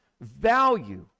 value